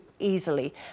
easily